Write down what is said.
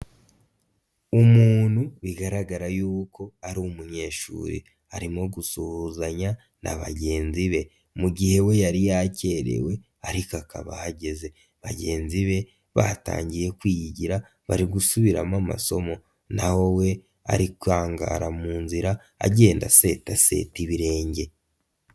Umuntu bigaragara yuko ari umunyeshuri arimo gusuhuzanya na bagenzi be, mu gihe we yari yakerewe ariko akaba ahageze, bagenzi be batangiye kwiyigira bari gusubiramo amasomo, naho we arikwangara mu nzira, agenda asetaseta ibirenge.